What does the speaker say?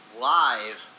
live